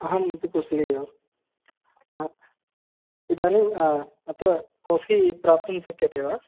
अहं तु कुशली एव इदानीं अत्र काफ़ी प्राप्तुं शक्यते वा